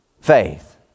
faith